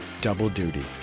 double-duty